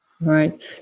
Right